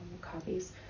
copies